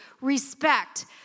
respect